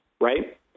right